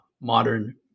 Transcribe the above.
modern